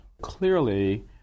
Clearly